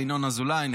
ולכן,